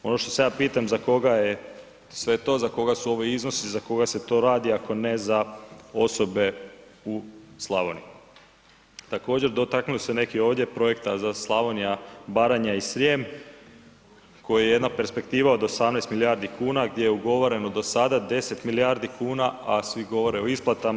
Ono što se ja pitam za koga je sve to, za koga su to iznosi, za koga se to radi ako ne za osobe u Slavoniji. također, dotaknuli su se neki ovdje projekta za Slavonija, Baranja i Srijem koji je jedna perspektiva od 18 milijardi kuna gdje je ugovoreno do sada 10 milijardi kuna, a svi govore o isplatama.